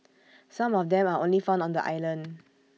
some of them are only found on the island